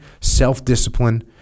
self-discipline